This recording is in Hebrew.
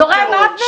זורעי מוות?